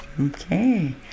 Okay